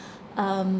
um